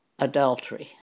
Adultery